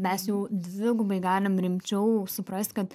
mes jau dvigubai galim rimčiau suprast kad